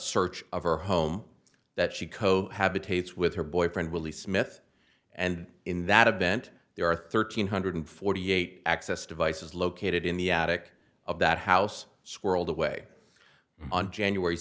search of her home that she cohabitate with her boyfriend willie smith and in that event there are thirteen hundred forty eight access devices located in the attic of that house swirled away on january